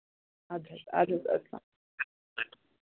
اَدٕ حظ اَدٕ حظ